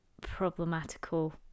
problematical